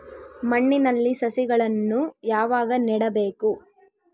ಮಣ್ಣಿನಲ್ಲಿ ಸಸಿಗಳನ್ನು ಯಾವಾಗ ನೆಡಬೇಕು?